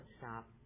stop